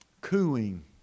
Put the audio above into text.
cooing